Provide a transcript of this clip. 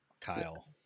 kyle